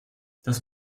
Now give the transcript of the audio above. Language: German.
das